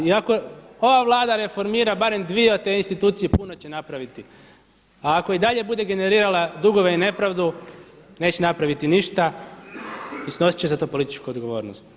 I ako ova Vlada reformira barem dvije od te institucije puno će napraviti, a ako i dalje bude generirala dugove i nepravdu neće napraviti ništa i snosit će za to političku odgovornost.